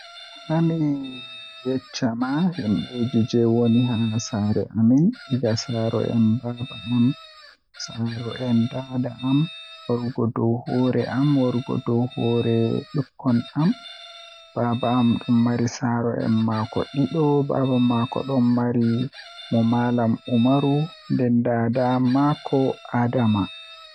Hami yeccama himbeeji jei woni haa saare amin egaa saro'en baaba'am saaro'en daada am. Warugo dow hoore am warugo dow hoore bikkon am. Baaba am don mari saaro en maako dido baba makko bedon nodda mo malam umaru ndem daada makko Adama.